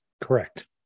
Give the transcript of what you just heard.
correct